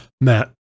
Matt